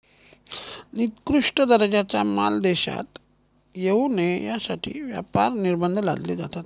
निकृष्ट दर्जाचा माल देशात येऊ नये यासाठी व्यापार निर्बंध लादले जातात